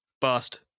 Bust